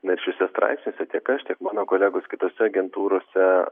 na ir šiuose straipsniuose tiek aš tiek mano kolegos kitose agentūrose